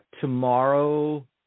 tomorrow